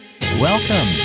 Welcome